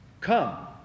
come